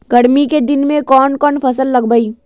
गर्मी के दिन में कौन कौन फसल लगबई?